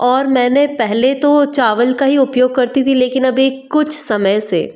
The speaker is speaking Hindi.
और मैंने पहले तो चावल का ही उपयोग करती थी लेकिन अभी कुछ समय से